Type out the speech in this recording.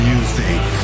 Music